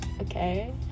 okay